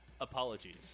Apologies